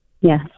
Yes